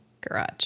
garage